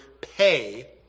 pay